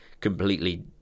completely